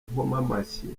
inkomamashyi